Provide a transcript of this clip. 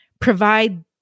provide